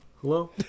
Hello